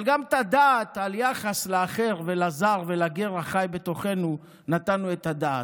אבל גם את הדעת על היחס לאחר ולזר ולגר החי בתוכנו נתנו את הדעת.